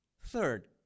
Third